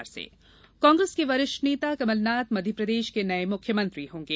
मुख्यमंत्री कांग्रेस के वरिष्ठ नेता कमलनाथ मध्यप्रदेश के नए मुख्यमंत्री होंगे